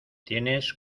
tienes